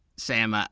sam, ah